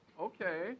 Okay